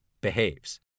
behaves